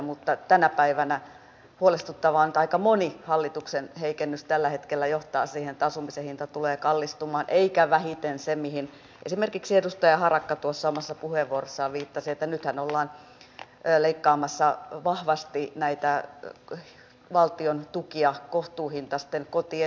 mutta tänä päivänä huolestuttavaa on että aika moni hallituksen heikennys tällä hetkellä johtaa siihen että asumisen hinta tulee kallistumaan eikä vähiten se mihin esimerkiksi edustaja harakka tuossa omassa puheenvuorossaan viittasi että nythän ollaan leikkaamassa vahvasti näitä valtion tukia kohtuuhintaisten kotien rakentamiseksi